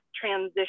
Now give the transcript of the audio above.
transition